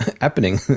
happening